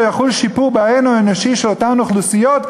אם לא יחול שיפור בהון האנושי של אותן אוכלוסיות,